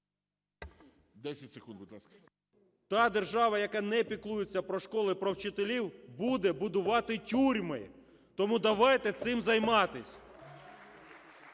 Та держава, яка не піклується про школи і про вчителів, буде будувати тюрми. Тому давайте цим займатись.